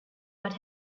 but